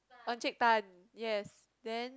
Encik Tan yes then